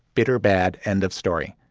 bitter, bad end of story.